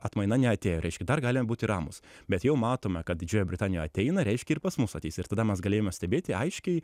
atmaina neatėjo reiškia dar galime būti ramūs bet jau matome kad didžiojoje britanijoje ateina reiškia ir pas mus ateis ir tada mes galėjome stebėti aiškiai